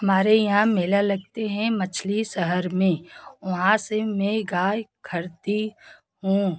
हमारे यहाँ मेले लगते हैं मछली शहर में वहाँ से मैं गाय ख़रीदती हूँ